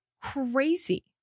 crazy